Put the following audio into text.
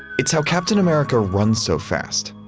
it's how captain america runs so fast,